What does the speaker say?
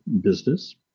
business